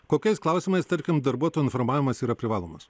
kokiais klausimais tarkim darbuotojų informavimas yra privalomas